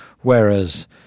Whereas